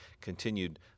continued